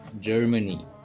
Germany